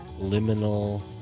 liminal